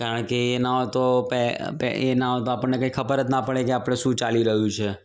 કારણ કે એ ના હોય તો એ ના હોય તો આપણને કંઈ ખબર જ ના પડે કે આપણે શું ચાલી રહ્યું છે